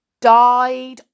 died